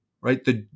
right